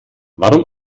warum